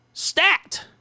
Stacked